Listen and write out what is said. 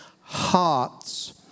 hearts